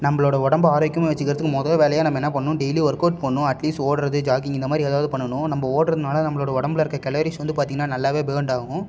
நம்பளோட உடம்ப ஆரோக்கியமாக வச்சுக்கிறதுக்கு முதோ வேலையாக நம்ம என்ன பண்ணும் டெய்லி ஒர்க் அவுட் பண்ணும் அட்லீஸ்ட் ஒடுறது ஜாகிங் இந்த மாதிரி எதாவது பண்ணனும் நம்ப ஒடுறதுனால நம்பளோட உடம்புல இருக்க கலோரிஸ் வந்து பார்த்திங்கன்னா நல்லாவே பர்ன்ட் ஆகும்